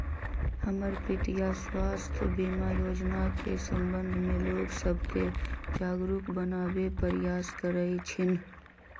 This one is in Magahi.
हमर पितीया स्वास्थ्य बीमा जोजना के संबंध में लोग सभके जागरूक बनाबे प्रयास करइ छिन्ह